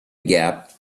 gap